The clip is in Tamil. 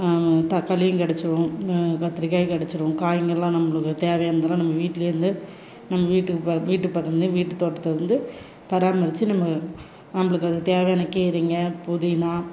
தக்காளியும் கெடைச்சிரும் கத்திரிக்காயும் கெடைச்சிரும் காய்ங்கெல்லாம் நம்மளுக்கு தேவையானதெல்லாம் நம்ம வீட்டில இருந்தே நம்ம வீட்டுக்கு ப வீட்டு பக்கத்திலே வீட்டு தோட்டத்தில் வந்து பராமரித்து நம்ம நம்மளுக்கு அது தேவையான கீரைங்க புதினா